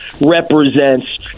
represents